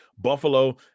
Buffalo